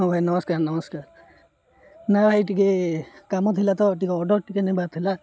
ହଁ ଭାଇ ନମସ୍କାର ନମସ୍କାର ନା ଭାଇ ଟିକିଏ କାମ ଥିଲା ତ ଟିକିଏ ଅର୍ଡ଼ର୍ ଟିକିଏ ନେବାର ଥିଲା